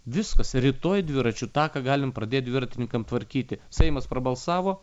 viskas rytoj dviračių taką galim pradėt dviratininkam tvarkyti seimas prabalsavo